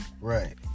Right